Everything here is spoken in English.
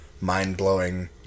mind-blowing